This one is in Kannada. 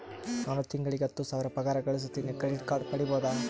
ನಾನು ತಿಂಗಳಿಗೆ ಹತ್ತು ಸಾವಿರ ಪಗಾರ ಗಳಸತಿನಿ ಕ್ರೆಡಿಟ್ ಕಾರ್ಡ್ ಪಡಿಬಹುದಾ?